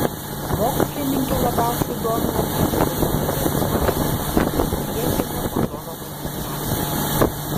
mokslininkę labiausiai domina medžių galimybės ore mažinti priežemio ozono koncentraciją